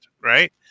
right